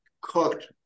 cooked